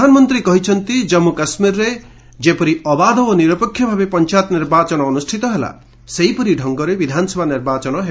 ପ୍ରଧାନମନ୍ତ୍ରୀ କହିଛନ୍ତି ଜମ୍ମୁ କାଶ୍ମୀରରେ ଯେପରି ଅବାଧ ଓ ନିରପେକ୍ଷଭାବେ ପଞ୍ଚାୟତ ନିର୍ବାଚନ ଅନୁଷ୍ଠିତ ହେଲା ସେହିପରି ଢଙ୍ଗରେ ବିଧାନସଭା ନିର୍ବାଚନ ହେବ